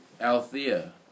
althea